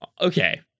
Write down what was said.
okay